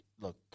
Look